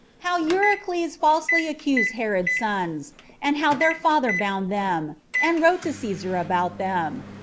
how eurycles falsely accused herod's sons and how their father bound them, and wrote to caesar about them.